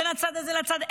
בין הצד הזה לצד,